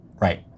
Right